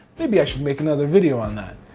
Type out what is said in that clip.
maybe i should make another video on that.